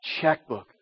checkbook